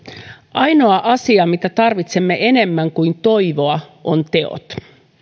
ainoa asia mitä tarvitsemme enemmän kuin toivoa on teot